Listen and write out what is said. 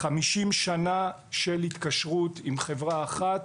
50 שנה של התקשרות עם חברה אחת.